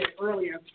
earlier